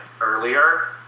earlier